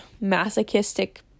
masochistic